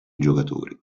giocatori